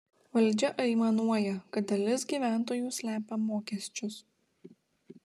valdžia aimanuoja kad dalis gyventojų slepia mokesčius